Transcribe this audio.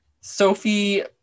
sophie